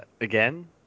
again